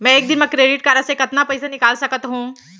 मैं एक दिन म क्रेडिट कारड से कतना पइसा निकाल सकत हो?